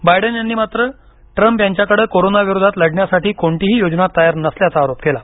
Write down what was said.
Biden यांनी मात्र Trump यांच्याकडे कोरोनाविरोधात लढण्यासाठी कोणतीही योजना तयार नसल्याचा आरोप केला